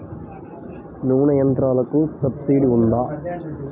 నూనె యంత్రాలకు సబ్సిడీ ఉందా?